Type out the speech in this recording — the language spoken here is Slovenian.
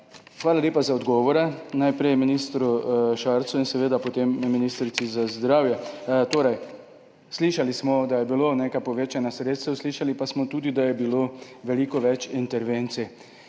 Hvala lepa za odgovore, najprej ministru Šarcu in seveda potem ministrici za zdravje. Slišali smo, da je bilo nekaj povečanja sredstev, slišali pa smo tudi, da je bilo veliko več intervencij